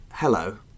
Hello